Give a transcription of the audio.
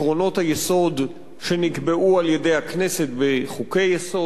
בעקרונות היסוד שנקבעו על-ידי הכנסת בחוקי-יסוד.